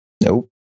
Nope